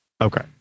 okay